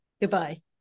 Goodbye